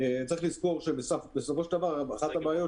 צריך לזכור שבסופו של דבר אחת הבעיות